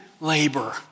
labor